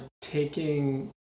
Taking